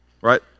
right